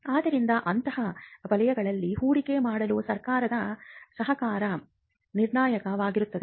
ಆದ್ದರಿಂದ ಅಂತಹ ವಲಯಗಳಲ್ಲಿ ಹೂಡಿಕೆ ಮಾಡಲು ಸರ್ಕಾರದ ಸಹಕಾರ ನಿರ್ಣಾಯಕವಾಗುತ್ತದೆ